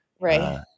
Right